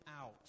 out